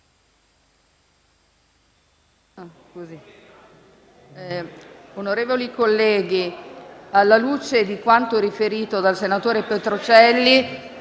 Grazie,